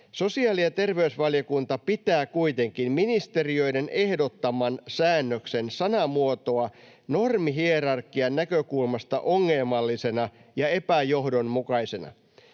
”Sosiaali- ja terveysvaliokunta pitää kuitenkin ministeriöiden ehdottaman säännöksen sanamuotoa normihierarkian näkökulmasta ongelmallisena ja epäjohdonmukaisena.